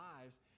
lives